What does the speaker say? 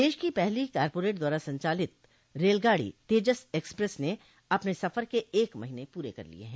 देश की पहली कॉरपोरेट द्वारा संचालित रेलगाड़ी तेजस एक्सप्रेस ने अपने सफर के एक महीने पूरे कर लिये हैं